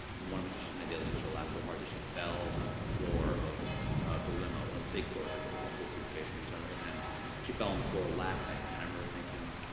one of my sisters made the other sisters laugh so hard that she fell on the floor of the limo, one of those big floors, like with the rumble seat facing each other. and she fell on the floor laughing. and i remember thinking,